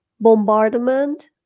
bombardment